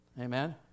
Amen